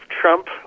Trump